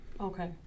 Okay